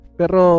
pero